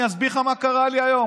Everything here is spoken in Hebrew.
אני אסביר לך מה קרה לי היום,